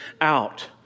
out